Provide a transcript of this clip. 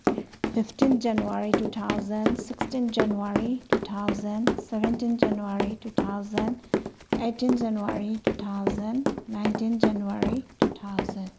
fifteen January two thousand sixteen January two thousand seventeen January two thousand eighteen January two thousand nineteen January two thousand